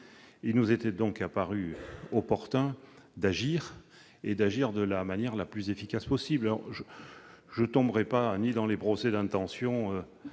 Il nous a donc paru important d'agir, et de le faire de la manière la plus efficace possible. Je ne verserai ni dans les procès d'intention